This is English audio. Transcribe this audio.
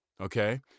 Okay